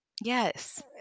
Yes